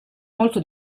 molto